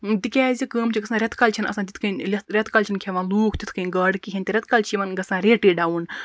تِکیازِ کٲم چھےٚ گژھان رٮ۪تہٕ کالہِ چھَنہٕ آسان تِتھ کٔنۍ رٮ۪تہٕ کالہِ چھِنہٕ کھیٚوان لُکھ تِتھ کَنۍ گاڈٕ کِہیٖنۍ رٮ۪تہٕ کالہِ چھِ یِمن گژھان ریٹٕے ڈَوُن